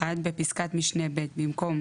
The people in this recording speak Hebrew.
בפסקת משנה (ב), במקום